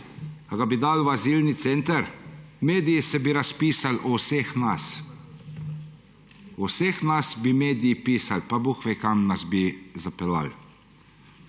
Bi ga dali v azilni center? Mediji se bi razpisali o vseh nas, o vseh nas bi mediji pisali, pa bogve kam bi nas zapeljali.